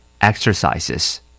Exercises